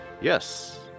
Yes